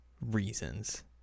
Reasons